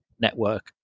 network